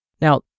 Now